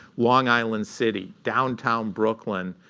long island city, downtown brooklyn,